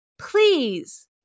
Please